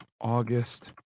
August